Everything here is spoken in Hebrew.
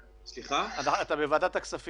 לא בהלוואות בערבות